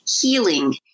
healing